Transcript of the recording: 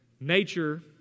nature